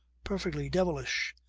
perfectly devilish.